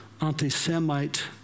anti-Semite